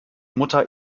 mutter